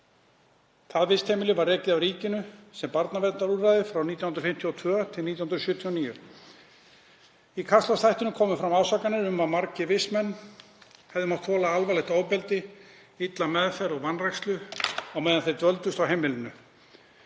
Vistheimilið var rekið af ríkinu sem barnaverndarúrræði frá 1952 til ársins 1979. Í þættinum komu fram ásakanir um að margir vistmenn hefðu mátt þola alvarlegt ofbeldi, illa meðferð og vanrækslu á meðan þeir dvöldu á heimilinu.